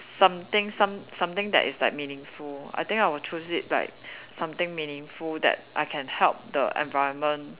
something some something that is like meaningful I think I will choose it like something meaningful that I can help the environment